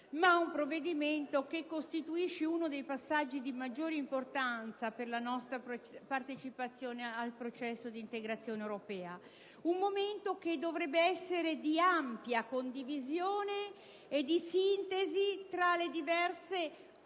ma un provvedimento che costituisca uno dei passaggi di maggiore importanza per la nostra partecipazione al processo di integrazione europea: un momento che dovrebbe essere di ampia condivisione e di sintesi tra le diverse componenti